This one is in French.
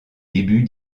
débuts